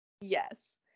Yes